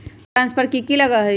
Fund transfer कि की लगी?